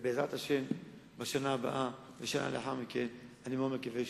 ובעזרת השם בשנה הבאה ובשנה שלאחר מכן אני מאוד מקווה שירווח.